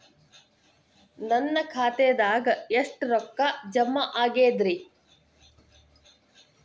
ನನ್ನ ಖಾತೆದಾಗ ಎಷ್ಟ ರೊಕ್ಕಾ ಜಮಾ ಆಗೇದ್ರಿ?